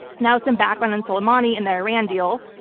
now, some background on soleimani and the iran deal.